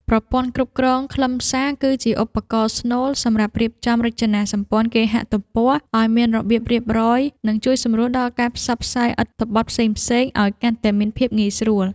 ប្រព័ន្ធគ្រប់គ្រងខ្លឹមសារគឺជាឧបករណ៍ស្នូលសម្រាប់រៀបចំរចនាសម្ព័ន្ធគេហទំព័រឱ្យមានរបៀបរៀបរយ និង ជួយសម្រួលដល់ការផ្សព្វផ្សាយអត្ថបទផ្សេងៗឱ្យកាន់តែមានភាពងាយស្រួល។